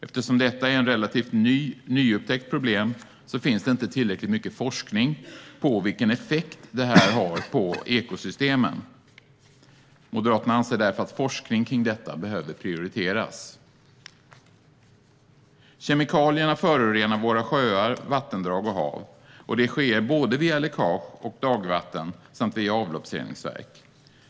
Eftersom detta är ett relativt nyupptäckt problem finns det inte tillräckligt mycket forskning om vilken effekt det har på ekosystemen. Moderaterna anser därför att forskning kring detta behöver prioriteras. Kemikalier förorenar våra sjöar, vattendrag och hav. Det sker via både läckage och dagvatten samt via avloppsreningsverk.